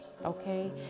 okay